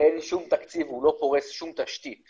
אין שום תקציב, הוא לא פורס שום תשתית.